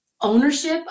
ownership